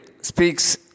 speaks